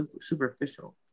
superficial